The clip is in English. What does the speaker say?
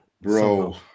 bro